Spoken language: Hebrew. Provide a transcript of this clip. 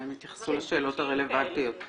הם יתייחסו לשאלות הרלוונטיות.